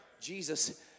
Jesus